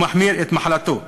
הוא מחמיר את מחלתו.